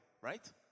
right